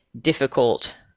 difficult